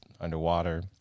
underwater